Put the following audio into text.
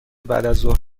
بعدازظهر